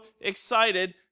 excited